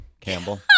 campbell